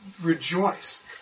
rejoice